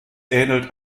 ähnelt